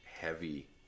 heavy